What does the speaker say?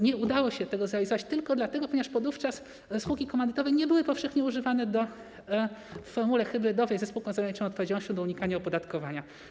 Nie udało się tego zrealizować tylko dlatego, że podówczas spółki komandytowe nie były powszechnie używane w formule hybrydowej ze spółką z ograniczoną odpowiedzialnością do unikania opodatkowania.